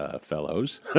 fellows